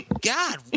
God